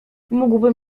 mógłbym